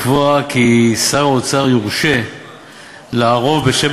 לקבוע כי שר האוצר יורשה לערוב בשם